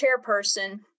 chairperson